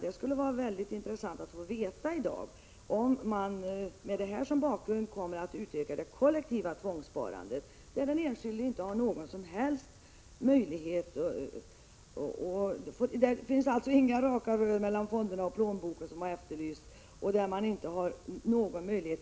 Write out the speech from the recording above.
Det skulle vara mycket intressant att få veta i dag, om socialdemokraterna kommer att utöka det kollektiva tvångssparandet, där den enskilde inte har någon som helst möjlighet att få ett ökat inflytande — där det inte finns några ”raka rör mellan fonderna och plånboken.” Så till frågan om fördelningspolitiken.